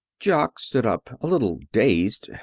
jock stood up, a little dazed.